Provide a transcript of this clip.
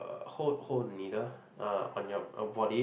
uh hold hold the needle uh on your your body